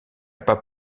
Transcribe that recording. pas